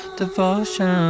devotion